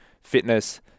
Fitness